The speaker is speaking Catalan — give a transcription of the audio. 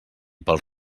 pels